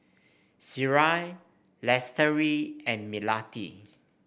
Syirah Lestari and Melati